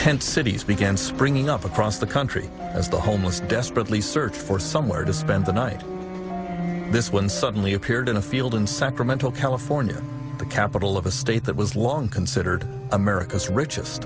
tent cities began springing up across the country as the homeless desperately search for somewhere to spend the night this one suddenly appeared in a field in sacramento california the capital of a state that was long considered america's richest